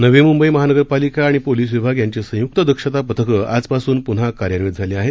नवी मुंबई महानगरपालिका आणि पोलीस विभाग यांची संयुक्त दक्षता पथकं आजपासून पुन्हा कार्यान्वित झाली आहेत